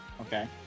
Okay